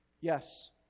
Yes